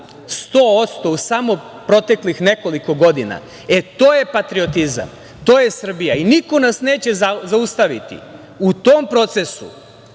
100% u samo proteklih nekoliko godina.E, to je patriotizam, to je Srbija, i niko nas neće zaustaviti u tom procesu